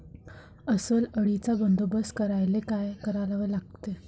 अस्वल अळीचा बंदोबस्त करायले काय करावे लागन?